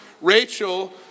Rachel